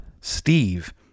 Steve